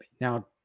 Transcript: Now